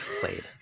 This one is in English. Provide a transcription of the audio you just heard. played